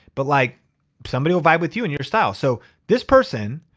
but like somebody will vibe with you and your style. so this person,